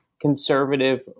conservative